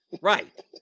Right